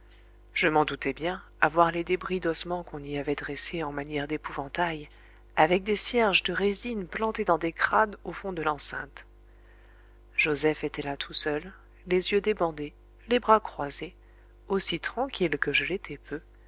je m'en doutai bien à voir les débris d'ossements qu'on y avait dressés en manière d'épouvantail avec des cierges de résine plantés dans des crânes au fond de l'enceinte joseph était là tout seul les yeux débandés les bras croisés aussi tranquille que je l'étais peu